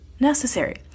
necessary